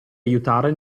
aiutare